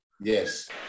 Yes